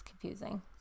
confusing